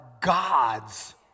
God's